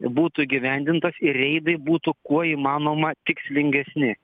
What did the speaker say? būtų įgyvendintas ir reidai būtų kuo įmanoma tikslingesni